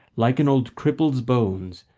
like an old cripple's bones,